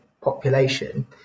population